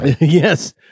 yes